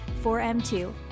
4M2